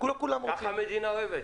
ולא כולם --- ככה המדינה אוהבת.